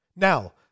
Now